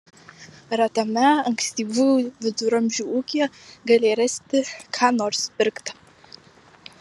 retame ankstyvųjų viduramžių ūkyje galėjai rasti ką nors pirkta